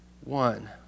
One